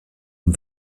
dem